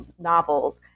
novels